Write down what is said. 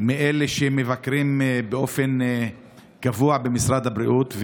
מאלה שמבקרים באופן קבוע במשרד הבריאות,